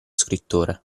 scrittore